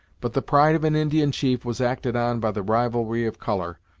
but the pride of an indian chief was acted on by the rivalry of colour,